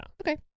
Okay